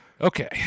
Okay